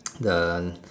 the